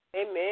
Amen